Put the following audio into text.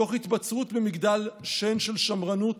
תוך התבצרות במגדל שן של שמרנות,